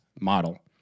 model